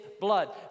blood